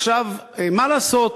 עכשיו, מה לעשות,